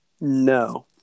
no